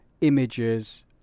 images